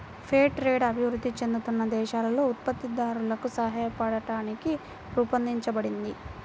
fair trade అభివృద్ధి చెందుతున్న దేశాలలో ఉత్పత్తిదారులకు సాయపట్టానికి రూపొందించబడింది